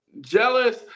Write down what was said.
jealous